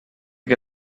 que